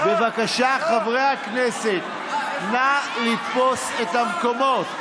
בבקשה, חברי הכנסת, נא לתפוס את המקומות.